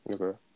okay